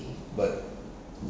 but